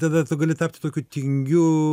tada tu gali tapti tokiu tingiu